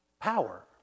Power